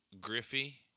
Griffey